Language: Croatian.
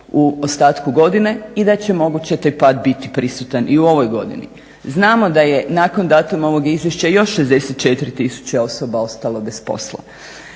u ostatku godine i da će moguće taj pad biti prisutan i u ovoj godini. Znamo da je nakon datuma ovog izvješća još 64 tisuće osoba ostalo bez posla.